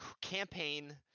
campaign